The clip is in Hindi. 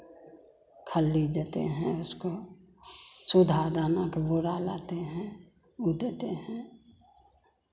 खल्ली देते हैं उसको सुधा दाना के बोरा लाते हैं वो देते हैं